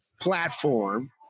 platform